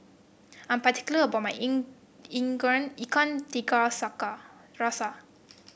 I'm particular about my ikan tiga saca rasa